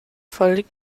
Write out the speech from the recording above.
völlig